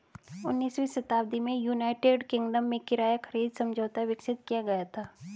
उन्नीसवीं शताब्दी में यूनाइटेड किंगडम में किराया खरीद समझौता विकसित किया गया था